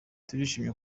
turishimye